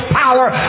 power